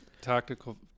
tactical